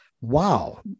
Wow